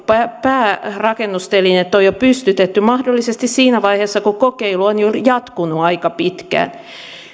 päärakennustelineet on jo pystytetty mahdollisesti siinä vaiheessa kun kokeilu on jo jatkunut aika pitkään